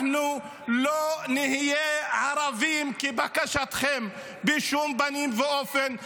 אנחנו לא נהיה ערבים כבקשתכם בשום פנים ואופן.